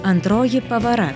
antroji pavara